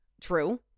true